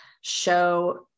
show